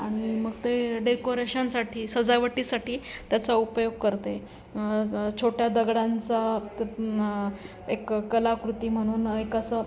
आणि मग ते डेकोरेशनसाठी सजावटीसाठी त्याचा उपयोग करते आहे ज् छोट्या दगडांचा त् म् एक कलाकृती म्हणून एक असं